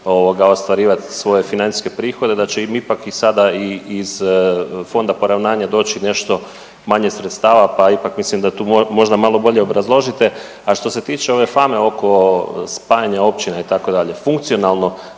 ostvarivati svoje financijske prihode, da će im ipak i sada i iz fonda poravnanja doći nešto manje sredstava, pa ipak mislim da tu možda malo bolje obrazložite. A što se tiče ove fame oko spajanja općina itd., funkcionalno